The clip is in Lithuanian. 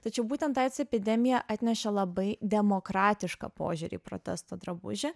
tačiau būtent aids epidemija atnešė labai demokratišką požiūrį į protesto drabužį